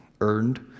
earned